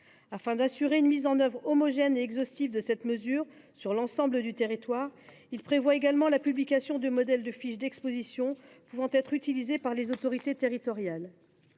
Afin d’assurer une mise en œuvre homogène et exhaustive de cette mesure sur l’ensemble du territoire, il prévoit également la publication de modèles de fiche d’exposition pouvant être utilisés par les autorités territoriales.